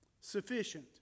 Sufficient